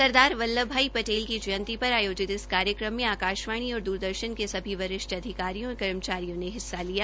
सरदार वल्लभ भाई पटेल की जयंती पर आयोजित इस कार्यक्रम में आकाशवाणी और दुरदर्शन् के सभी वरिष्ठ अधिकारियों और कर्मचारियों ने भाग लिया